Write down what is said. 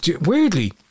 weirdly